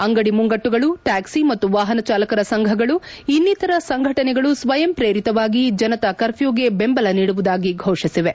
ಅಂಗಡಿ ಮುಂಗಟ್ಟುಗಳು ಟ್ಯಾಕ್ಷಿ ಮತ್ತು ವಾಹನ ಚಾಲಕರ ಸಂಘಗಳು ಇನ್ನಿತರ ಸಂಘಟನೆಗಳು ಸ್ವಯಂ ಪ್ರೇರಿತವಾಗಿ ಜನತಾ ಕರ್ಫ್ಟೂಗೆ ಬೆಂಬಲ ನೀಡುವುದಾಗಿ ಘೋಷಿಸಿವೆ